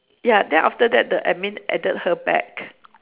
ya then after that the admin added her back